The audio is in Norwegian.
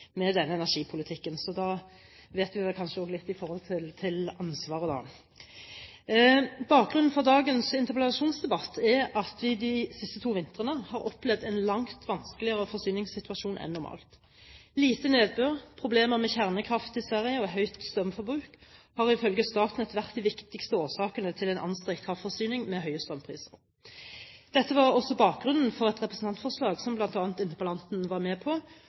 med denne energipolitikken. Så da vet vi vel kanskje også litt om ansvaret. Bakgrunnen for dagens interpellasjonsdebatt er at vi de siste to vintrene har opplevd en langt vanskeligere forsyningssituasjon enn normalt. Lite nedbør, problemer med kjernekraftverk i Sverige og et høyt strømforbruk har ifølge Statnett vært de viktigste årsakene til en anstrengt kraftforsyning med høye strømpriser. Dette var også bakgrunnen for et representantforslag som bl.a. interpellanten var med på,